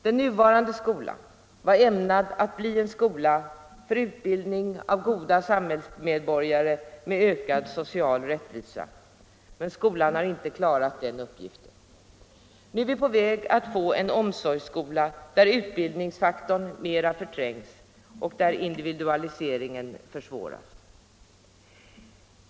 Den nuvarande skolan var ämnad att bli en skola för utbildning av goda samhällsmedborgare med ökad social rättvisa. Men skolan har inte klarat den uppgiften. Nu är vi på väg att få en omsorgsskola, där utbildningsfaktorn alltmer förträngs och där individualiseringen försvåras.